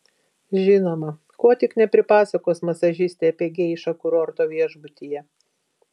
žinoma ko tik nepripasakos masažistė apie geišą kurorto viešbutyje